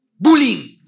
Bullying